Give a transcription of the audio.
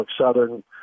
Southern